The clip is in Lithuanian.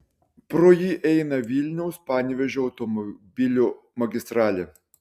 pro jį eina vilniaus panevėžio automobilių magistralė